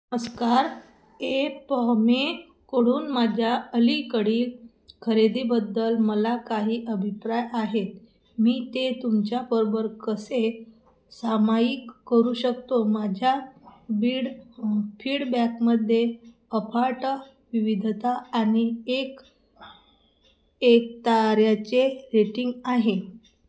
नमस्कार एपॉमेकडून माझ्या अलीकडील खरेदीबद्दल मला काही अभिप्राय आहेत मी ते तुमच्या बरोबर कसे सामाईक करू शकतो माझ्या बीड फीडबॅकमध्ये अफाट विविधता आणि एक एक ताऱ्याचे रेटिंग आहे